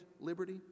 liberty